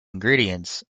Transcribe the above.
ingredients